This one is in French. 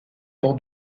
pour